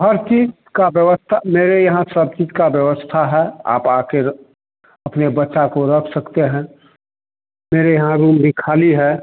हर चीज़ की व्यवस्था मेरे यहाँ सब चीज़ की व्यवस्था है आप आकर अपने बच्चा को रख सकते हैं मेरे यहाँ रूम भी खाली है